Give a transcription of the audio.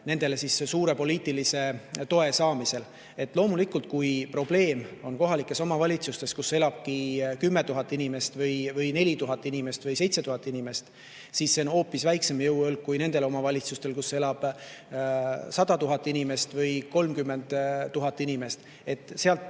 nendele suurt poliitilist tuge saada. Loomulikult, kui probleem on kohalikes omavalitsustes, kus elab 10 000 inimest või 4000 inimest või 7000 inimest, siis neil on hoopis väiksem jõuõlg kui nendel omavalitsustel, kus elab 100 000 inimest või 30 000 inimest. Seal,